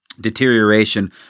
deterioration